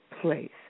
place